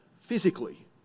physically